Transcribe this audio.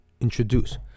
introduce